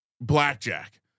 blackjack